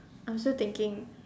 I'm still thinking